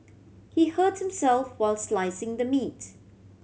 he hurt himself while slicing the meat